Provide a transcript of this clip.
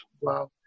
wow